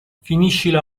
finiscila